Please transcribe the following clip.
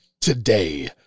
today